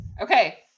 Okay